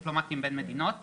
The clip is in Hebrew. ההתארגנויות המקומיות האזוריות,